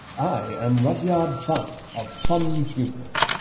i am rudyard funn, of funn funerals.